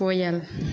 कोयल